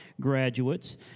graduates